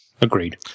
Agreed